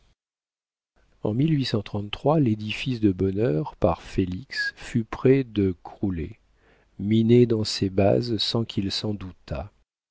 en l'édifice de bonheur cimenté par félix fut près de crouler miné dans ses bases sans qu'il s'en doutât